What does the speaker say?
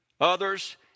others